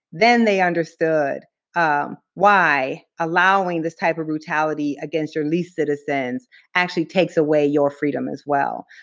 then they understood why allowing this type of brutality against your least citizens actually takes away your freedom as well.